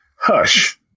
Hush